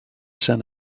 sun